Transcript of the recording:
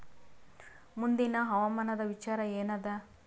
ಮುಂದಿನ ಹವಾಮಾನದ ವಿಚಾರ ಏನದ?